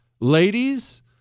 Ladies